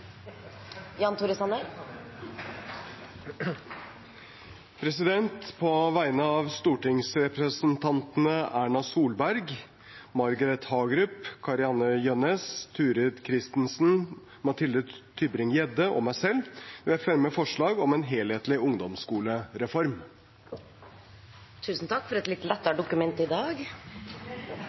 På vegne av stortingsrepresentantene Erna Solberg, Margret Hagerup, Kari-Anne Jønnes, Turid Kristensen, Mathilde Tybring-Gjedde og meg selv vil jeg fremme forslag om en helhetlig ungdomsskolereform.